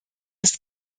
ist